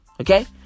Okay